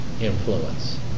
influence